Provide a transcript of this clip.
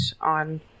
on